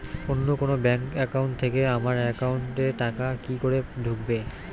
অন্য কোনো bank account থেকে আমার একাউন্ট এ টাকা কি করে ঢুকবে?